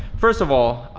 first of all,